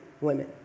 women